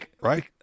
Right